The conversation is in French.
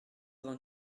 vingt